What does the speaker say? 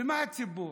ומה הציבור?